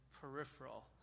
peripheral